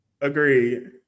Agreed